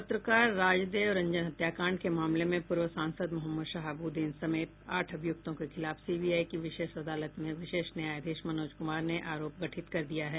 पत्रकार राजदेव रंजन हत्याकांड के मामले में पूर्व सांसद मोहम्मद शहाबूद्दीन समेत आठ अभियूक्तों के खिलाफ सीबीआई की विशेष अदालत में विशेष न्यायाधीश मनोज कुमार ने आरोप गठित कर दिया है